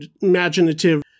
imaginative